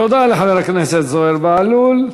תודה לחבר הכנסת זוהיר בהלול.